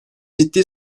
ciddi